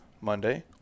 Monday